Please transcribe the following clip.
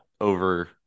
over